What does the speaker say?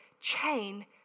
chain